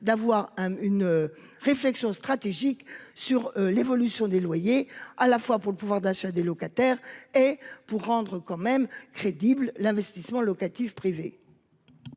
de mener une réflexion stratégique sur l'évolution des loyers, à la fois pour préserver le pouvoir d'achat des locataires et pour rendre crédible l'investissement locatif privé.